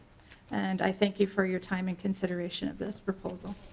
and i thank you for your time and consideration of this proposal.